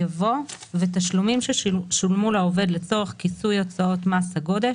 יבוא "ותשלומים ששולמו לעובד לצורך כיסוי הוצאות מס הגודש